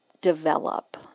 develop